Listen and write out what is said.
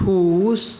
खुश